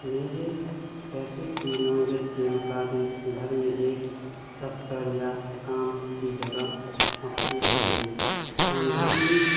میرے پیسے کی نوعیت کے مطابق گھر میں ایک دفتر یا کام کی جگہ مخصوص ہوگی کھاندانی